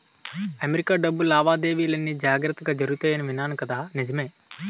America డబ్బు లావాదేవీలన్నీ జాగ్రత్తగా జరుగుతాయని విన్నాను కదా నిజమే